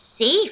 safe